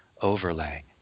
overlay